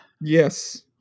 Yes